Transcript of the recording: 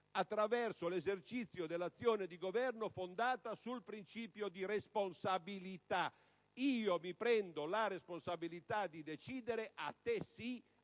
attraverso l'esercizio dell'azione di governo fondata sul principio di responsabilità. Io mi prendo la responsabilità di decidere «a te sì, a te